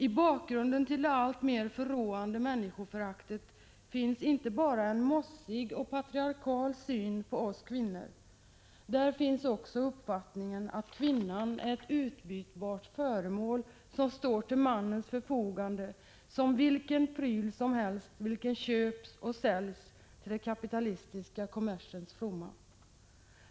I bakgrunden till det alltmer förråande människoföraktet finns inte bara en mossig och patriarkalisk syn på oss kvinnor, utan där finns också uppfattningen att Kvinnan är ett utbytbart föremål som står till mannens förfogande som vilken pryl som helst, vilken köps och säljs till den kapitalistiska kommersens fromma.